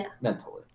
mentally